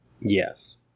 Yes